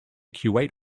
kuwait